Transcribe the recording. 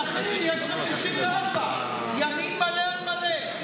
תכין, יש לך 64, ימין מלא על מלא.